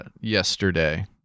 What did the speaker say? yesterday